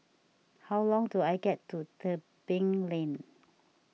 how do I get to Tebing Lane